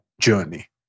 journey